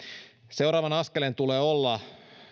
seuraavan askeleen tulee olla